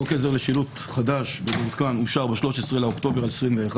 חוק עזר לשילוט חדש ומעודכן אושר ב-13 באוקטובר 2021,